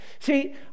See